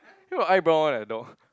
here got eyebrow one eh the dog